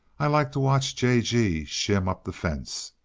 i like to watch j. g. shin up the fence.